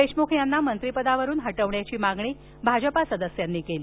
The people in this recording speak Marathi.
देशमुख यांना मंत्रिपदावरुन हटवण्याची मागणी भाजपा सदस्यांनी केली